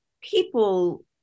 people